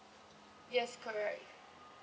yes correct